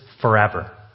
forever